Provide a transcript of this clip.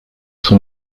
sous